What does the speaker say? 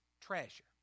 treasure